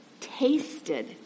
tasted